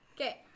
Okay